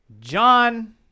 John